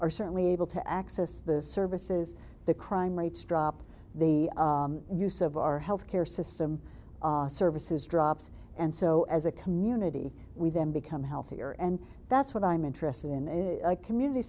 or certainly able to access the services the crime rates drop the use of our health care system services drops and so as a community we then become healthier and that's what i'm interested in is a community